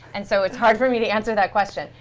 and so it's hard for me to answer that question.